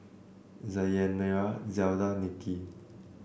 Deyanira Zelda Nicky